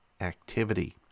activity